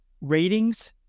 Ratings